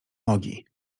nogi